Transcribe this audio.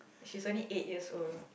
she's only eight years old